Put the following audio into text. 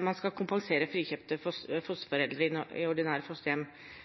man skal kompensere frikjøpte fosterforeldre i ordinære fosterhjem